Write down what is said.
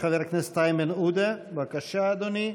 חבר הכנסת איימן עודה, בבקשה, אדוני.